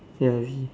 ya !ee!